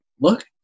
look